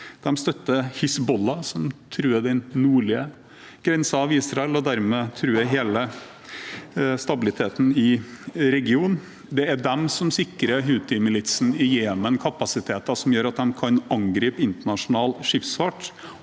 De støtter Hizbollah, som truer den nordlige grensen til Israel, og som dermed truer hele stabiliteten i regionen. Det er de som sikrer Houthimilitsen i Jemen kapasiteter som gjør at de kan angripe internasjonal skipsfart,